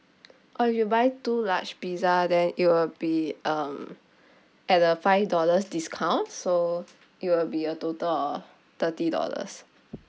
uh you buy two large pizza then it'll be um at a five dollars discount so it will be a total of thirty dollars